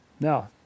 Now